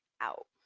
out